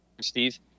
Steve